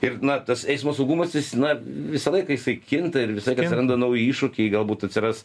ir na tas eismo saugumas jis na visą laiką jisai kinta ir visąlaik atsiranda nauji iššūkiai galbūt atsiras